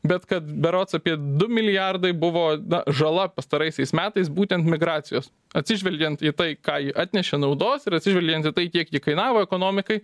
bet kad berods apie du milijardai buvo na žala pastaraisiais metais būtent migracijos atsižvelgiant į tai ką ji atnešė naudos ir atsižvelgiant į tai kiek ji kainavo ekonomikai